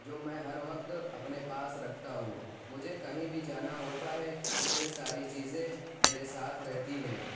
جو میں ہر وقت اپنے پاس رکھتا ہوں مجھے کہیں بھی جانا ہوتا ہے تو یہ ساری چیزیں میرے ساتھ رہتی ہیں